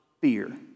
fear